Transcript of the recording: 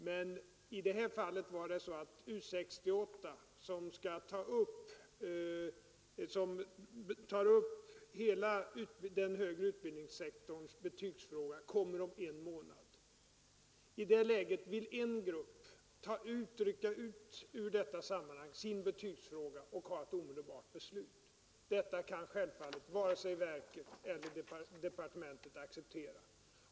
Men i detta fall var det så att U 68, som tar upp betygsfrågan för hela sektorn för högre undervisning, om en månad framlägger sitt betänkande. I det läget vill en grupp ur detta sammanhang rycka ut sin betygsfråga och ha ett omedelbart beslut. Detta kan självfallet varken verket eller departementet acceptera.